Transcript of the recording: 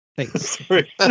Thanks